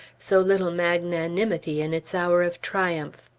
so little magnanimity in its hour of triumph.